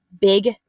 Big